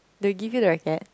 they will give you the racket